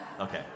Okay